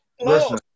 Listen